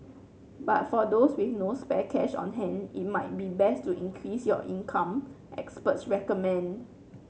but for those with no spare cash on hand it might be best to increase your income experts recommend